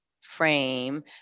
frame